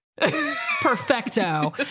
perfecto